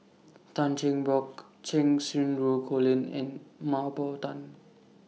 Tan Cheng Bock Cheng Xinru Colin and Mah Bow Tan